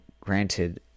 granted